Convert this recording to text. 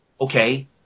okay